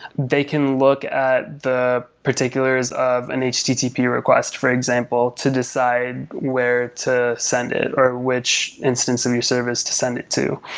they can look at the particulars of and a http request, for example, to decide where to send it or which instance of your service to send it to.